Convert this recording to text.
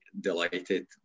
delighted